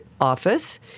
office